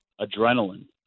adrenaline